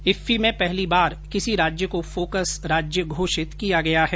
IFFI में पहली बार किसी राज्य को फोकस राज्य घोषित किया गया है